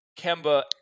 Kemba